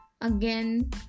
Again